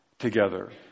together